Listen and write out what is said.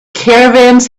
caravans